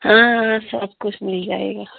हाँ हाँ सब कुछ मिल जाएगा